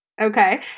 Okay